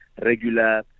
regular